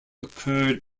occurred